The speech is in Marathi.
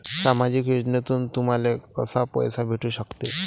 सामाजिक योजनेतून तुम्हाले कसा पैसा भेटू सकते?